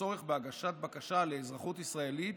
הצורך בהגשת בקשה לאזרחות ישראלית